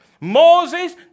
Moses